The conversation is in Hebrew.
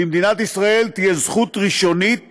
למדינת ישראל תהיה זכות ראשונית